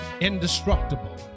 indestructible